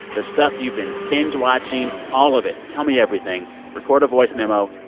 the stuff you've been binge-watching, all of it tell me everything. record a voice memo.